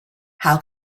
how